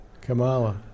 Kamala